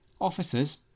Officers